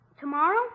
Tomorrow